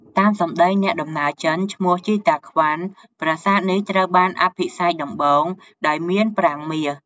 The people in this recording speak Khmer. តាមសម្ដីអ្នកដំណើរចិនឈ្មោះ ជីវ តាក្វាន់ ប្រាសាទនេះត្រូវបានអភិសេកដំបូងដោយមានប្រាង្គមាស។